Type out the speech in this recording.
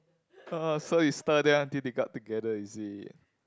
oh so you stir them until they got together is it